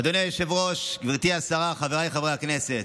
אדוני היושב-ראש, גברתי השרה, חבריי חברי הכנסת,